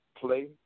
Play